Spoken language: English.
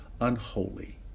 unholy